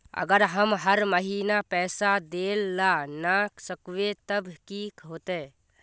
अगर हम हर महीना पैसा देल ला न सकवे तब की होते?